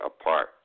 apart